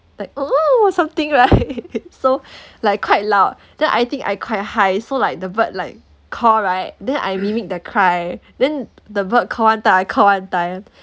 like something right so like quite loud then I think I quite high so like the bird like call right then I mimic the cry then the bird call one time I call one time